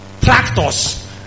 tractors